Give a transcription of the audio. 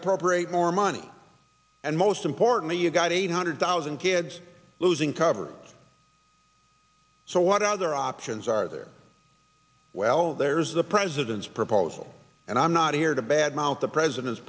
appropriate more money and most importantly you've got eight hundred thousand kids losing coverage so what other options are there well there's the president's proposal and i'm not here to bad the president's